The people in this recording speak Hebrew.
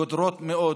קודרות מאוד